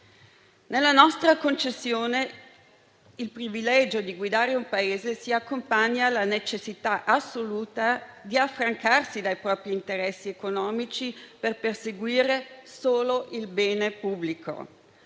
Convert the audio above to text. Nella nostra concezione, il privilegio di guidare un Paese si accompagna alla necessità assoluta di affrancarsi dai propri interessi economici per perseguire solo il bene pubblico: